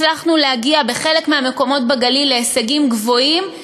הצלחנו להגיע בחלק מהמקומות בגליל להישגים גבוהים,